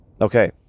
Okay